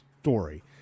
story